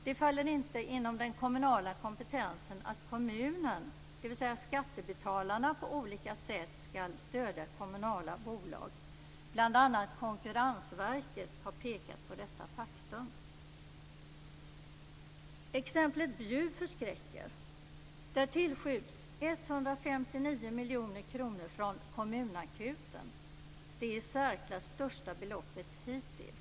Det faller inte inom den kommunala kompetensen att kommunen, dvs. skattebetalarna, på olika sätt skall stödja kommunala bolag. Bl.a. Konkurrensverket har pekat på detta faktum. Exemplet Bjuv förskräcker! Där tillskjuts 159 miljoner kronor från "kommunakuten". Det är det i särklass största beloppet hittills.